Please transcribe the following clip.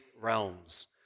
realms